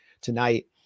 tonight